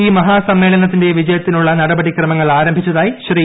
ഈ മഹാ സമ്മേളനത്തിന്റെ വിജയത്തിനുള്ള നടപടി ക്രമങ്ങൾ ആരംഭിച്ചതായി ശ്രീ